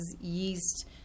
yeast